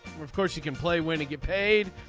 of course he can play win and get paid.